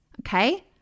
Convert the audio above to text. okay